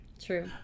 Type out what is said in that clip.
True